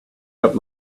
got